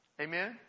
amen